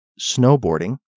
snowboarding